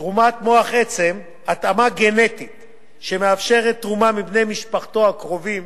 לתרומת מוח עצם התאמה גנטית שמאפשרת תרומה מבני משפחתו הקרובים,